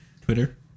Twitter